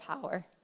power